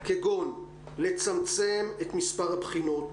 כגון: לצמצם את מספר הבחינות,